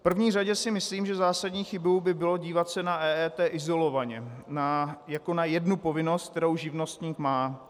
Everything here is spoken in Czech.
V první řadě si myslím, že zásadní chybou by bylo dívat se na EET izolovaně jako na jednu povinnost, kterou živnostník má.